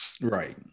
right